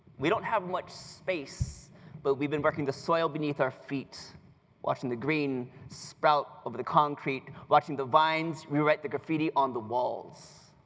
we don't have much space but we've been working the soil beneath our feet watching the green sprout the concrete watching the vines rewrite the graffiti on the walls.